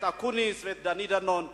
ואקוניס ודני דנון.